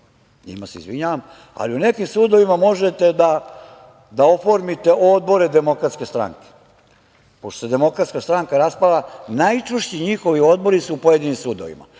njima se izvinjavam, ali u nekim sudovima možete da oformite odbore Demokratske stranke. Pošto se Demokratska stranka raspala, najčvršći njihovi odbori su u pojedinim sudovima. Lepo,